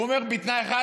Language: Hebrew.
הוא אומר: בתנאי אחד,